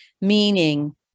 meaning